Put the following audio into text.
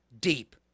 deep